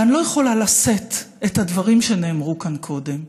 ואני לא יכולה לשאת את הדברים שנאמרו כאן קודם,